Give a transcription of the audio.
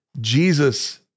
Jesus